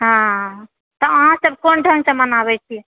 हँ हँ तऽ अहाँ सब कोन ढंगसँ मनाबए छी